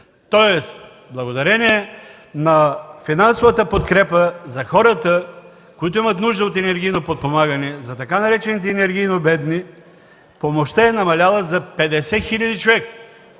тоест благодарение на финансовата подкрепа за хората, които имат нужда от енергийно подпомагане, на така наречените „енергийно бедни” помощта е намаляла за 50 хиляди човека.